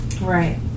Right